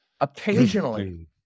occasionally